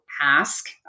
ask